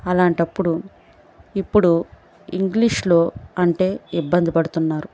అలాంటప్పుడు ఇప్పుడు ఇంగ్లీష్లో అంటే ఇబ్బంది పడుతున్నారు